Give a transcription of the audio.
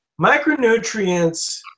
micronutrients